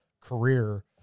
career